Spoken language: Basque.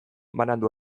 banandu